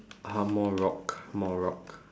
uh more rock more rock